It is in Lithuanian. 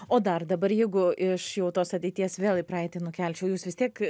o dar dabar jeigu iš jau tos ateities vėl į praeitį nukelčiau jus vis tiek